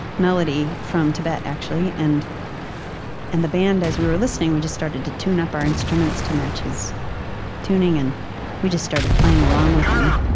melody from tibet. and and the band, as we were listening, we just started to tune up our instruments to match his tuning, and we just started playing along with him.